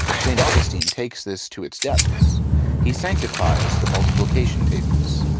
st. augustine takes this to its depths he sanctifies the multiplication tables.